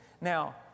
Now